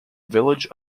village